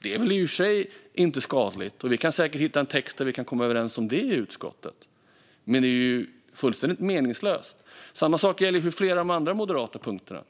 Det är i och för sig inte skadligt. Vi kan säkert hitta en text där vi kan komma överens om det i utskottet. Men det är fullständigt meningslöst. Samma sak gäller för flera andra av de moderata punkterna.